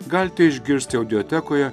galite išgirsti audiotekoje